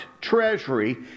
treasury